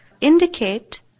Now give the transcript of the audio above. indicate